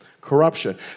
corruption